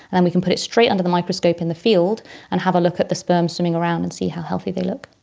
and we can put it straight under the microscope in the field and have a look at the sperm swimming around and see how healthy they look.